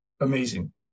amazing